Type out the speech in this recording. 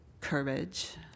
courage